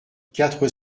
quatre